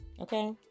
Okay